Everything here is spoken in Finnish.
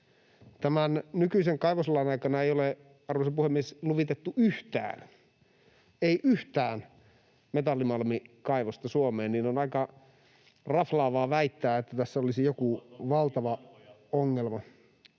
tämän nykyisen kaivoslain aikana ei ole, arvoisa puhemies, luvitettu yhtään, ei yhtään, metallimalmikaivosta Suomeen, niin on aika raflaavaa väittää, että tässä olisi joku valtava ongelma.